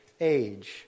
age